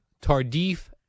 Tardif